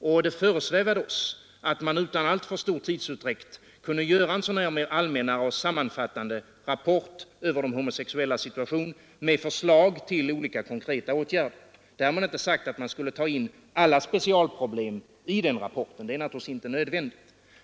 och det föresvävade oss att man också i vårt land utan alltför stor tidsutdräkt kunde göra en sådan mer allmän och sammanfattande rapport över de homosexuellas situation med förslag till olika konkreta åtgärder. Därmed inte sagt att man skulle ta in alla specialproblem i rapporten, det är naturligtvis inte nödvändigt.